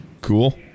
Cool